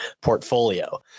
portfolio